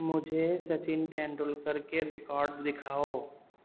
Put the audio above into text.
مجھے سچن ٹنڈولکر کے ریکارڈ دکھاؤ